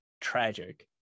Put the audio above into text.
tragic